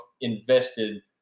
invested